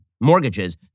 mortgages